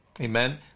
Amen